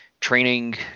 training